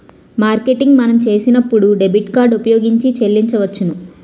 marketing మనం చేసినప్పుడు debit card ఉపయోగించి చెల్లించవచ్చును